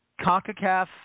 CONCACAF